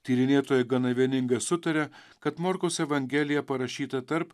tyrinėtojai gana vieningai sutaria kad morkaus evangelija parašyta tarp